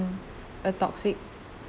mm a toxic